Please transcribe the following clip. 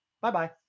Bye-bye